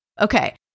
Okay